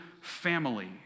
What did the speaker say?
family